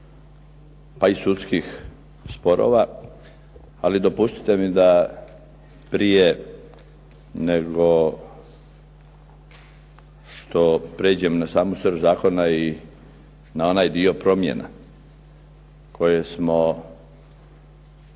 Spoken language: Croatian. pa i sudskih sporova, ali dopustite mi da prije nego što prijeđem na samu srž zakona i na onaj dio promjena koje smo usuglasili